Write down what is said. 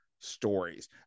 stories